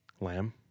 Lamb